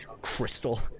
crystal